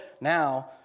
Now